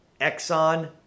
exxon